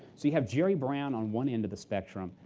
so you have jerry brown on one end of the spectrum,